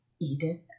Edith